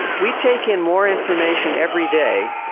we take in more information every day,